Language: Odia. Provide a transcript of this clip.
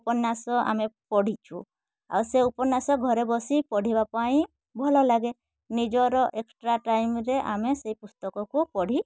ଉପନ୍ୟାସ ଆମେ ପଢ଼ିଛୁ ଆଉ ସେ ଉପନ୍ୟାସ ଘରେ ବସି ପଢ଼ିବା ପାଇଁ ଭଲ ଲାଗେ ନିଜର ଏକ୍ସଟ୍ରା ଟାଇମ୍ରେ ଆମେ ସେ ପୁସ୍ତକକୁ ପଢ଼ି